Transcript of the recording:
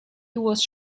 was